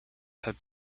have